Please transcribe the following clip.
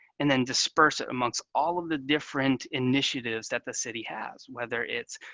and then disperse it amongst all of the different initiatives that the city has, whether it's